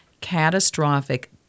catastrophic